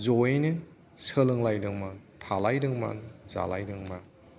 ज'यैनो सोलोंलायदोंमोन थालाय दोंमोन जालाय दोंमोन